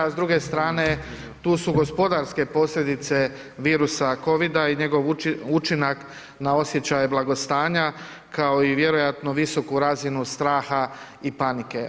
S druge strane, tu su gospodarske posljedice virusa Covida i njegov učinak na osjećaje blagostanja, kao i vjerojatno visoku razinu straha i panike.